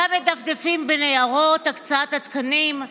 שם מדפדפים בניירות הקצאת התקנים,